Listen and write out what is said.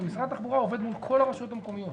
ומשרד התחבורה עובד מול כל הרשויות המקומיות.